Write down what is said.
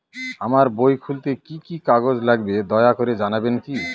আমার বই খুলতে কি কি কাগজ লাগবে দয়া করে জানাবেন কি?